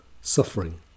suffering